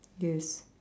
yes